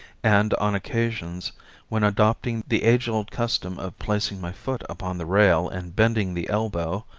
and on occasions when adopting the age old custom of placing my foot upon the rail and bending the elbow,